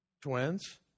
Twins